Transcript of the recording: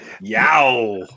Yow